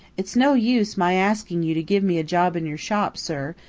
it's no use my asking you to give me a job in your shop, sir,